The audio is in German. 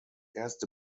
erste